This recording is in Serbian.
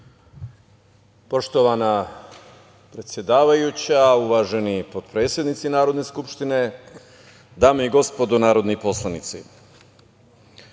Poštovana predsedavajuća, uvaženi potpredsednici Narodne skupštine, dame i gospodo narodni poslanici,